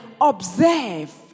observe